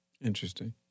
Interesting